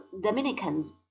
Dominicans